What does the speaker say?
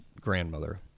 grandmother